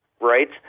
right